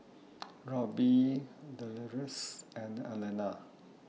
Robbie Deloris and Alana